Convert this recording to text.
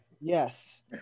Yes